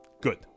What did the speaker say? Good